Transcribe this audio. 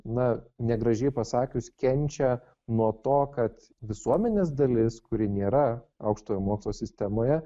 na negražiai pasakius kenčia nuo to kad visuomenės dalis kuri nėra aukštojo mokslo sistemoje